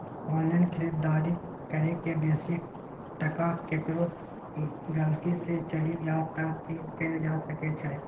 Online खरीददारी करै में बेसी टका केकरो गलती से चलि जा त की कैल जा सकै छै?